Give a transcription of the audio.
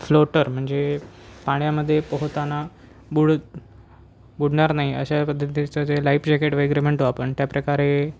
floater म्हणजे पाण्यामध्ये पोहताना बुड बुडणार नाही अशा पद्धतीचं जे लाईफ जॅकेट वगैरे म्हणतो आपण त्याप्रकारे